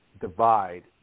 divide